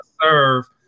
serve